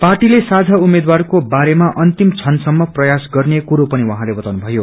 पार्टीले साझा उम्मेद्वार को बारेमा अन्तिम क्षणसम्म प्रयशस गर्ने कुरो पनि उहाँले ताउनुभयो